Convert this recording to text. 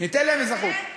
ניתן להם אזרחות.